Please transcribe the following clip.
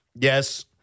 Yes